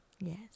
Yes